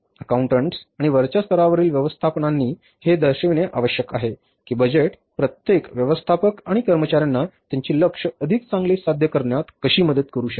accountants आणि वरच्या स्तरावरील व्यवस्थापनांनी हे दर्शविणे आवश्यक आहे की बजेट प्रत्येक व्यवस्थापक आणि कर्मचार्यांना त्यांचे लक्ष्य अधिक चांगले साध्य करण्यात कशी मदत करू शकते